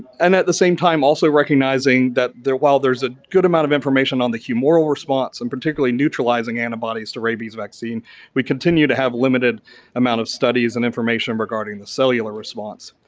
and at the same time also recognizing that while there's a good amount of information on the humoral response and particularly neutralizing antibodies to rabies vaccine we continue to have limited amount of studies and information regarding the cellular response.